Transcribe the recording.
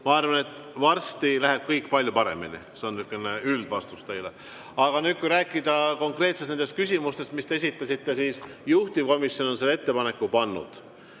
kuulates, et varsti läheb kõik palju paremini. See on niisugune üldvastus teile. Aga kui rääkida konkreetselt nendest küsimustest, mis te esitasite, siis juhtivkomisjon on selle ettepaneku teinud.